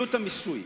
מדיניות המיסוי.